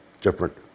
different